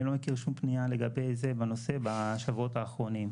אני לא מכיר שום פנייה לגבי זה בשבועות האחרונים.